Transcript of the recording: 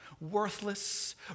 Worthless